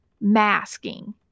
masking